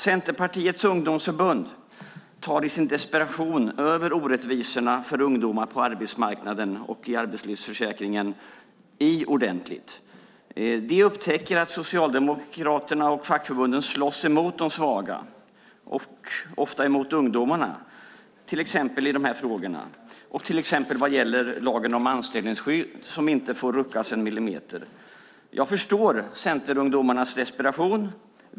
Centerpartiets ungdomsförbund tar i sin desperation över orättvisorna för ungdomar på arbetsmarknaden och i arbetslivsförsäkringen i ordentligt. De upptäcker att Socialdemokraterna och fackförbunden slåss mot de svaga och ofta mot ungdomarna, till exempel i de här frågorna och till exempel vad gäller lagen om anställningsskydd, som inte får ruckas en millimeter. Jag förstår centerungdomarnas desperation.